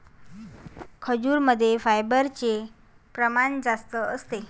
खजूरमध्ये फायबरचे प्रमाण जास्त असते